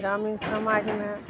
ग्रामीण समाजमे